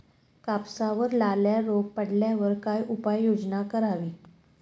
कापसावर लाल्या रोग पडल्यावर काय उपाययोजना करावी?